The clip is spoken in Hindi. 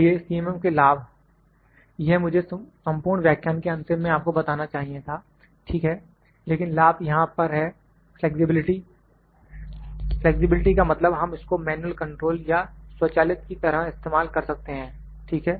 इसलिए CMM के लाभ यह मुझे संपूर्ण व्याख्यान के अंतिम में आपको बताना चाहिए था ठीक है लेकिन लाभ यहां पर हैं फ्लैक्सिबिलिटी फ्लैक्सिबिलिटी का मतलब हम इसको मैन्युअल कंट्रोल या स्वचालित की तरह इस्तेमाल कर सकते हैं ठीक है